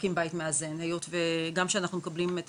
להקים בית מאזן היות שגם כשאנחנו מקבלים את